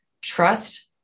trust